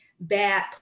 bad